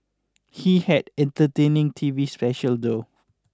he had entertaining T V special though